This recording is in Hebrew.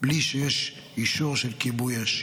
בלי שיש אישור של כיבוי אש.